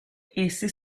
esse